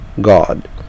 God